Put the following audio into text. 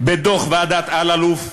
בדוח ועדת אלאלוף,